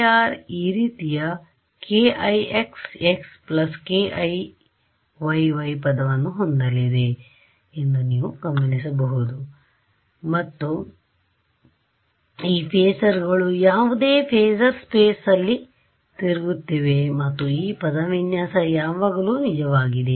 r→ ಈ ರೀತಿಯ kixx kiy y ಪದಗಳನ್ನು ಹೊಂದಲಿದೆ ಎಂದು ನೀವು ಗಮನಿಸಬಹುದು ಮತ್ತು ಈ ಫೆಸರ್ಗಳು ಯಾವುದೇ ಫೆಸರ್ ಸ್ಪೇಸ್ ಅಲ್ಲಿ ತಿರುಗುತ್ತಿವೆ ಮತ್ತು ಈ ಪದವಿನ್ಯಾಸ ಯಾವಾಗಲು ನಿಜವಾಗಿದೆ